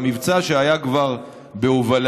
במבצע שהיה כבר בהובלתי,